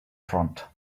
front